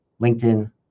LinkedIn